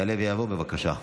יעלה ויבוא, בבקשה.